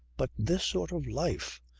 but this sort of life!